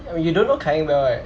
and you don't know kai heng well right